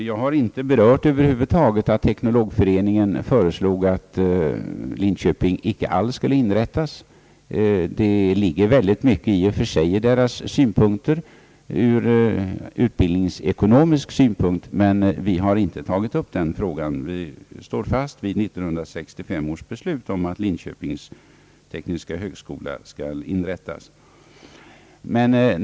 Jag har över huvud taget inte be rört att Teknologföreningen föreslog att Linköpingshögskolan inte alls skulle inrättas. Det ligger i och för sig mycket i föreningens synpunkter utbildningsekonomiskt sett, men vi har inte tagit upp den frågan utan står fast vid 1965 års beslut om att Linköpings tekniska högskola skall inrättas.